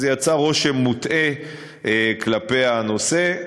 אז זה יצר רושם מוטעה כלפי הנושא,